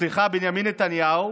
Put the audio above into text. סליחה, בנימין נתניהו,